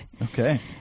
Okay